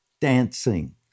dancing